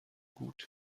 gut